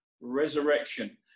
resurrection